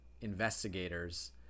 investigators